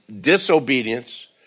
disobedience